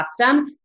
custom